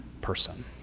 person